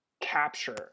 capture